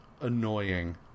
annoying